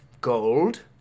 Gold